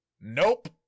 Nope